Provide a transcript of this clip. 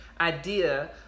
idea